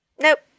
Nope